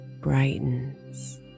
brightens